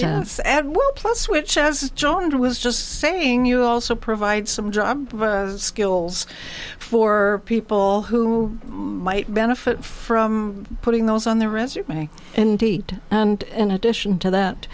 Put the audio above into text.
well plus which as john was just saying you also provide some job skills for people who might benefit from putting those on their resume indeed and in addition t